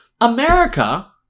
America